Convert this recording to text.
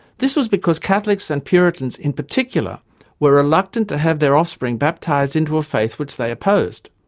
this was because catholics and puritans in particular were reluctant to have their offspring baptised into a faith which they opposed,